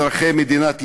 אזרחי מדינת ישראל.